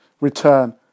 return